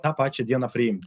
tą pačią dieną priimti